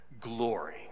glory